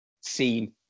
seen